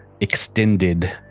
extended